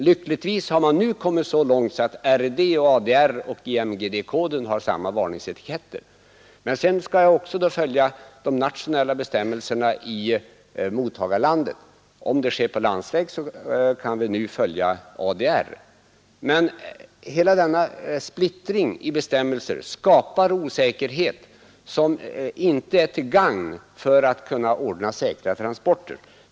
Lyckligtvis har man nu kommit så långt att RID, ADR och IMDG-koden har samma varningsetiketter. Men därefter skall jag också följa de nationella bestämmelserna i mottagarlandet. Om transporten sker på landsväg kan jag nu följa ADR. Hela denna splittring i fråga om bestämmelserna skapar en osäkerhet som inte är till gagn om man vill ordna säkra transporter.